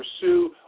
pursue